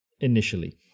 Initially